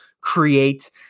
create